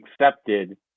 accepted